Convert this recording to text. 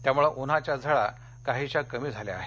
त्यामळे उन्हाच्या झळा काहीशा कमी झाल्या आहेत